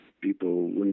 people